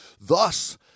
Thus